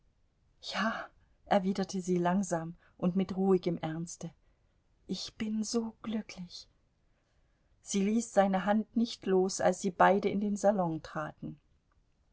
ja erwiderte sie langsam und mit ruhigem ernste ich bin so glücklich sie ließ seine hand nicht los als sie beide in den salon traten